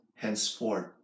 Henceforth